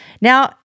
Now